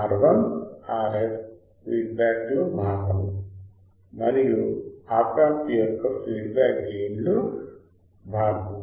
R1 Rf feedback లో భాగము మరియు ఆప్ యాంప్ యొక్క ఫీడ్ బ్యాక్ గెయిన్ లో భాగము